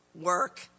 work